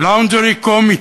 Laundry Committee,